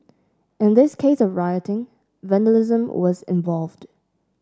in this case of rioting vandalism was involved